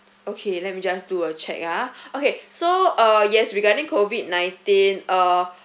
okay let me just do a check ah okay so uh yes regarding COVID nineteen uh